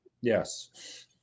Yes